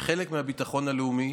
שחלק מהביטחון הלאומי